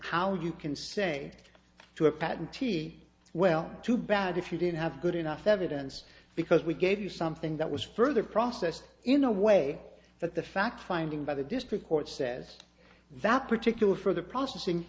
how you can say to a patentee well too bad if you didn't have good enough evidence because we gave you something that was further processed in a way that the fact finding by the district court says that particular for the processing